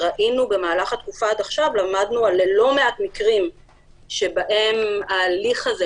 ובמהלך התקופה עד עכשיו למדנו על לא מעט מקרים שבהם ההליך הזה,